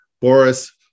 Boris